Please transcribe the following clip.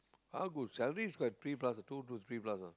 how good salary is quite what three plus two to three plus ah